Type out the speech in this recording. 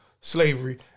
slavery